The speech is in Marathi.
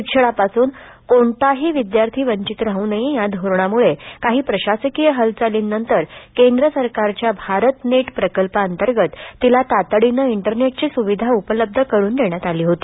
शिक्षणापासून कोणताही विद्यार्थी वचित राहू नये या धोरणमुळे काही प्रशासकीय हालचालीनंतर केंद्र सरकारच्या भारत नेट प्रकर्पांतर्गत तिला तातढीनं इंटरनेटची सुविधा उपलब्ध करून देण्यात आली होती